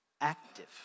active